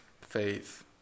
Faith